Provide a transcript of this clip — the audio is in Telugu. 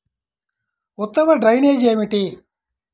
ఉత్తమ డ్రైనేజ్ ఏమిటి?